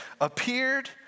appeared